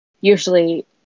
usually